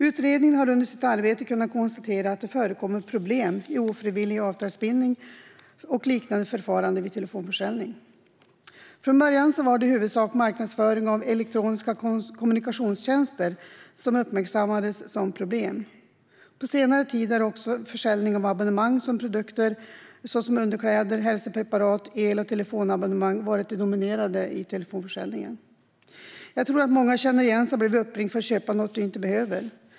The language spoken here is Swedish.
Utredningen har under sitt arbete kunnat konstatera att det förekommer problem med ofrivillig avtalsbindning och liknande förfaranden vid telefonförsäljning. Från början var det i huvudsak marknadsföring av elektroniska kommunikationstjänster som uppmärksammades som problem. På senare tid har också försäljning av abonnemang och produkter såsom underkläder, hälsopreparat, el och telefonabonnemang varit det dominerande vid telefonförsäljning. Jag tror att många känner igen sig i att bli uppringd och erbjuden någonting som man inte behöver.